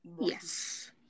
Yes